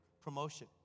promotion